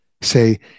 say